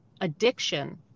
addiction